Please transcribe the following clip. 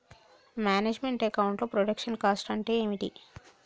Manage meant account లో production cost అంటే ఏమిటి?